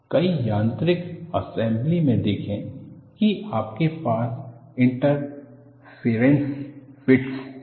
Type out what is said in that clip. कई यांत्रिक असेंबली में देखें कि आपके पास इंटरफेरेंस फिटस है